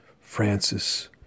Francis